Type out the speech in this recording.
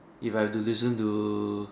if I have to listen to